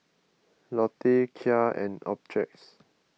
Lotte Kia and Optrex